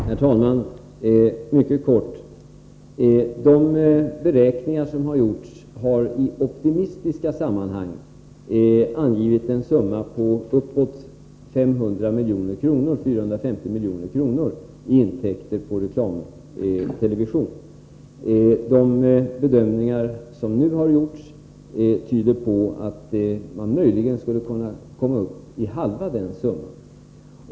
Herr talman! Mycket kort: I de beräkningar som gjorts har optimistiskt angivits en summa på uppåt 450 milj.kr. i intäkter av reklamtelevision. De bedömningar som nu har gjorts tyder på att man möjligen skulle kunna komma upp i halva den summan.